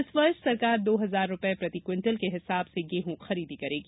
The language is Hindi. इस वर्ष सरकार दो हजार रूपये प्रति क्विंटल के हिसाब से गेहूं खरीदी करेगी